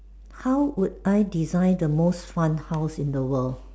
how would I design the most fun house in the world